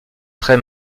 très